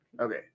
Okay